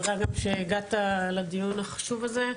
תודה גם שהגעת לדיון החשוב הזה.